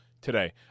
today